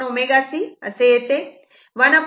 तेव्हा हे jω C असे येते